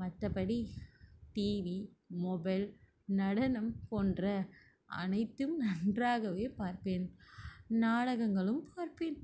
மற்றபடி TV mobile நடனம் போன்ற அனைத்தும் நன்றாகவே பார்ப்பேன் நாடகங்களும் பார்ப்பேன்